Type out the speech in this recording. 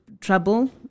trouble